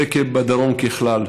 זה בדרום ככלל.